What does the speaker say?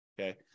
okay